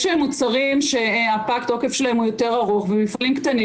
יש מוצרים שפג התוקף שלהם הוא יותר ארוך ומפעלים קטנים